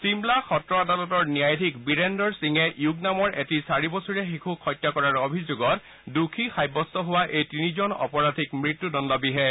শিমলা সত্ৰ আদালতৰ ন্যায়াধীশ বীৰেন্দৰ সিঙে য়ুগ নামৰ এটি চাৰিবছৰীয়া শিশুক হত্যা কৰাৰ অভিযোগত দোষী সাব্যস্ত হোৱা এই তিনিজন অপৰাধীক মৃত্যুদণ্ড বিহে